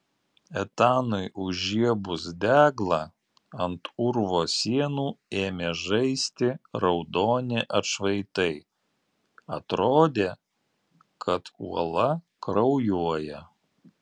etanui užžiebus deglą ant urvo sienų ėmė žaisti raudoni atšvaitai atrodė kad uola kraujuoja